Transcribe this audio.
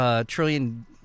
trillion